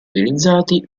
utilizzati